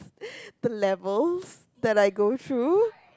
the levels that I go through